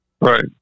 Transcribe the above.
Right